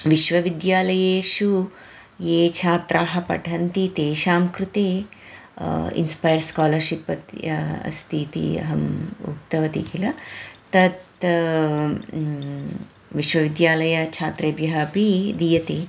विश्वविद्यालयेषु ये छात्राः पठन्ति तेषां कृते इन्स्पायर् स्कालर्शिप् अति अस्ति इति अहम् उक्तवती किल तत् विश्वविद्यालयछात्रेभ्यः अपि दीयते